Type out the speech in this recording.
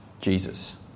Jesus